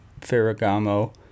Ferragamo